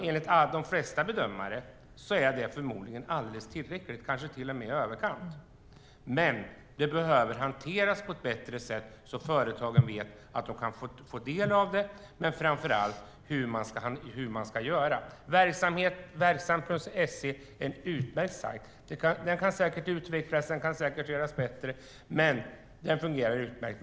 Enligt de flesta bedömare är det förmodligen alldeles tillräckligt, kanske till och med i överkant. Men det behöver hanteras på ett bättre sätt så att företagen vet att de kan få del av det men framför allt vet hur de ska göra. Verksamt.se är en utmärkt sajt. Den kan säkert utvecklas och göras bättre, men den fungerar utmärkt.